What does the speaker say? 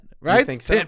Right